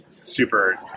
super